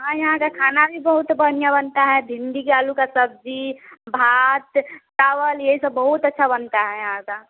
हाँ यहाँ का खाना भी बहुत बढ़िया बनता हैं भिंडी के आलू का सब्जी भात चावल ये सब बहुत अच्छा बनता हैं यहाँ का